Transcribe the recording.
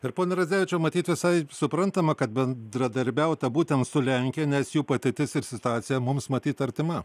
ir pone radzevičiau matyt visai suprantama kad bendradarbiauta būtent su lenkija nes jų patirtis ir situacija mums matyt artima